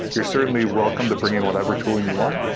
you're certainly welcome to bring in whatever tooling you want,